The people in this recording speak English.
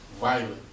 Violent